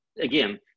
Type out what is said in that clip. again